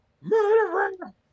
Murderer